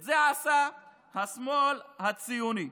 את זה עשה השמאל הציוני.